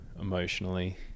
emotionally